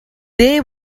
day